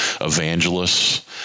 evangelists